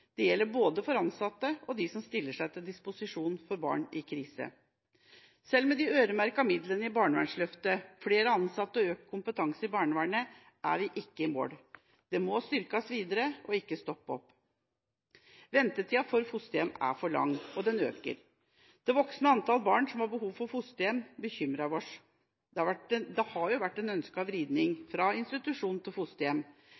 Det gjelder både ansatte og de som stiller seg til disposisjon for barn i krise. Selv med de øremerkede midla i barnevernsløftet, flere ansatte og økt kompetanse i barnevernet er vi ikke i mål. Det må styrkes videre og ikke stoppe opp. Ventetida for å få et fosterhjem er for lang, og den øker. Det voksende antallet barn som har behov for fosterhjem, bekymrer oss. Det har vært en ønsket vridning fra institusjon til fosterhjem, men det